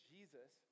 Jesus